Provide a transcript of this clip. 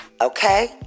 Okay